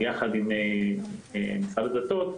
ביחד עם משרד הדתות,